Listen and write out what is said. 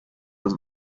das